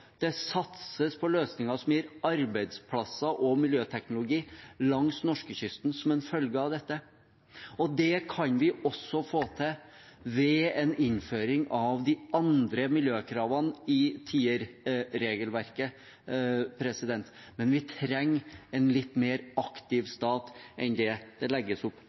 Det satses på løsninger som gir arbeidsplasser og miljøteknologi langs norskekysten som en følge av dette. Det kan vi også få til ved en innføring av de andre miljøkravene i Tier-regelverket. Men vi trenger en litt mer aktiv stat enn det legges opp